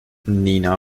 nina